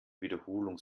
wiederholung